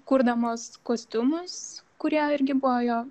kurdamos kostiumus kurie irgi buvo jo